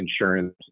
insurance